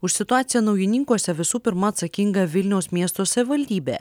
už situaciją naujininkuose visų pirma atsakinga vilniaus miesto savivaldybė